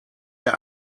der